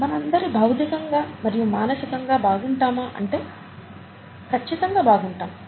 మనందరి భౌతికంగా మరియు మానసికంగా బాగుంటామా అంటే ఖచ్చితంగా బాగుంటాము